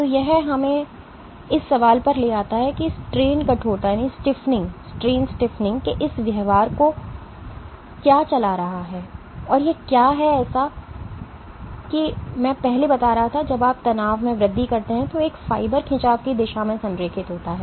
तो यह हमें इस सवाल पर ले आता है कि स्ट्रेन कठोरता के इस व्यवहार को क्या चला रहा है और यह क्या है जैसा कि मैं पहले बता रहा था कि जब आप तनाव में वृद्धि करते हैं तो एक फाइबर खिंचाव की दिशा में संरेखित होता है